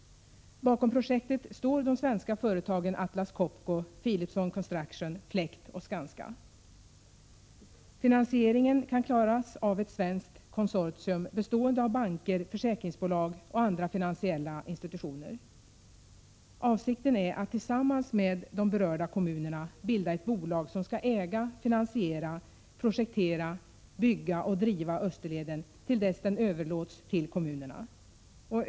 Bakom projektet står de svenska företagen Atlas Copco, Philipson Construction, Fläkt och Skanska. Finansieringen kan klaras av ett svenskt konsortium bestående av banker, försäkringsbolag och andra finansiella institutioner. Avsikten är att tillsammans med de berörda kommunerna bilda ett bolag som skall äga, finansiera, projektera, bygga och driva Österleden till dess den överlåts till kommunerna.